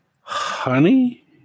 Honey